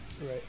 Right